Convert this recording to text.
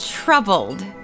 Troubled